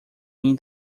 mim